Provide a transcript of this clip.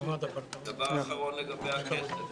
דבר אחרון לגבי הכסף,